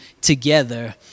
together